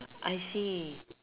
I see